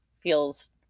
feels